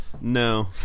no